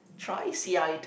try sea eyed